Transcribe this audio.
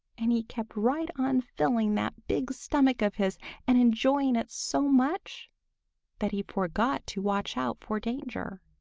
and he kept right on filling that big stomach of his and enjoying it so much that he forgot to watch out for danger.